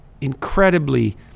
incredibly